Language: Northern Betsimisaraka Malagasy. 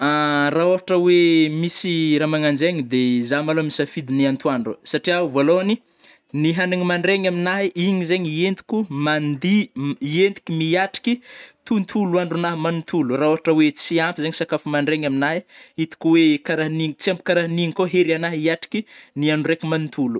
Ra ôhatra oe misy raha magnanjaigny de za malô misafidy ny antoandro, satria vôlohagny, ny hanigny mandraigny aminahy igny zegny entiko mandiha entiky miatriky tontolo andronah mantolo raha ôhatra oe tsy ampy zegny sakafo mandraigny aminah hitako oe karan'igny- tsy ampy karanigny koa hery anah hiatriky ny andro raiky manontolo.